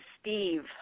Steve